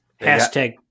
Hashtag